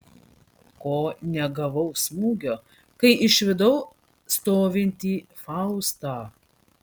ko negavau smūgio kai išvydau stovintį faustą